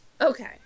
Okay